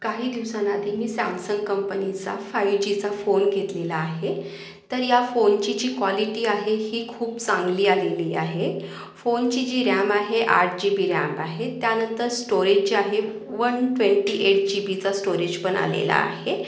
काही दिवसांआधी मी सॅमसंग कंपनीचा फायू जीचा फोन घेतलेला आहे तर या फोनची जी क्वॉलिटी आहे ही खूप चांगली आलेली आहे फोनची जी रॅम आहे आठ जी पी रॅम्प आहे त्यानंतर स्टोरेज जे आहे वन ट्वेंटी एट जी बीचा स्टोरेजपण आलेला आहे